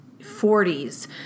40s